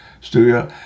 studio